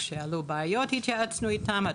גם כשעלו בעיות התייעצנו איתם.